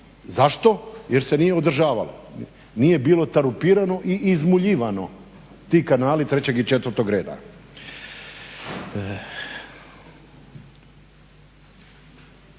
zašto? Jer se nije održavalo. Nije bilo tarupirano i izmuljivano ti kanali 3. i 4. reda.